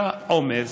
היה עומס,